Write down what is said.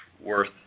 worth